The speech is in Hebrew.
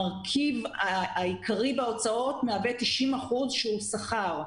מרכיב העיקרי בהוצאות מהווה 90% שהוא שכר.